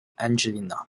anglia